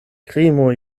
krimo